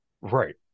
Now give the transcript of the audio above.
right